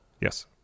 yes